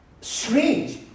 Strange